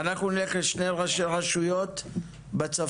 אנחנו נלך לשני ראשי רשויות בצפון.